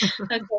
okay